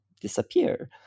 disappear